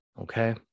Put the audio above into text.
Okay